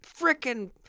frickin